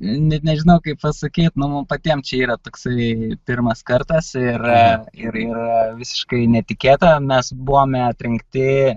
net nežinau kaip pasakyt nu mum patiem čia yra toksai pirmas kartas ir ir yra visiškai netikėta mes buvome atrinkti